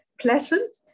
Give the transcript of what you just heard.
Pleasant